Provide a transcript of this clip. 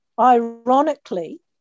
ironically